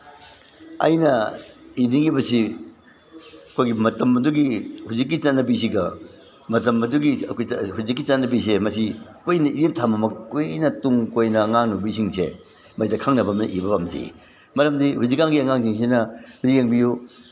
ꯑꯩꯅ ꯏꯅꯤꯡꯉꯤꯕꯁꯤ ꯑꯩꯈꯣꯏꯒꯤ ꯃꯇꯝ ꯑꯗꯨꯒꯤ ꯍꯧꯖꯤꯛꯀꯤ ꯆꯠꯅꯕꯤꯁꯤꯒ ꯃꯇꯝ ꯑꯗꯨꯒꯤ ꯍꯧꯖꯤꯛꯀꯤ ꯆꯠꯅꯕꯤꯁꯦ ꯃꯁꯤ ꯀꯨꯏꯅ ꯇꯨꯡꯀꯣꯏꯅ ꯑꯉꯥꯡ ꯅꯨꯄꯤꯁꯤꯡꯁꯦ ꯃꯁꯤꯗ ꯈꯪꯅꯕ ꯑꯃ ꯏꯕꯗꯤ ꯃꯔꯝꯗꯤ ꯍꯧꯖꯤꯛꯀꯥꯟꯒꯤ ꯑꯉꯥꯡꯁꯤꯡꯁꯤꯅ ꯍꯧꯖꯤꯛ ꯌꯦꯡꯕꯤꯌꯨ